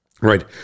right